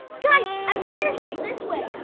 guys, i wonder if it's this way.